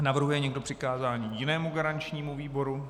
Navrhuje někdo přikázání jinému garančnímu výboru?